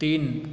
तीन